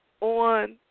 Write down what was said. on